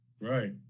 Right